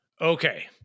Okay